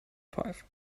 five